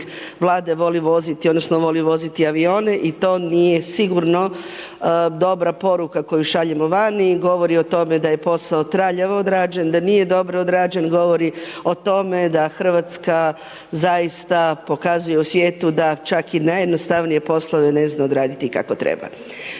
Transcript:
Vlade voli voziti, odnosno voli voziti avione i to nije sigurno dobra poruka koju šaljemo van i govori o tome da je posao traljavo odrađen, govori o tome da Hrvatska zaista pokazuje u svijetu da čak i najjednostavnije poslovne ne zna odraditi kako treba.